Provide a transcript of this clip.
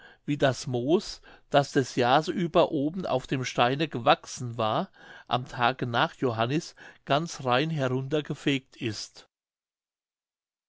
wie das moos das des jahrs über oben auf dem steine gewachsen war am tage nach johannis ganz rein heruntergefegt ist